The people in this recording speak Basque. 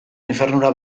infernura